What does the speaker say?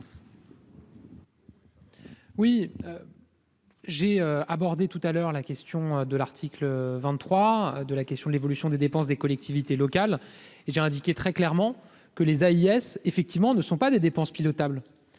Oui. J'ai abordé tout à l'heure, la question de l'article 23 de la question de l'évolution des dépenses des collectivités locales et j'ai indiqué très clairement que les AIS. Ne sont pas des dépenses pilotables